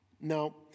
Now